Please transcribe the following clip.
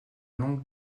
longue